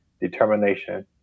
determination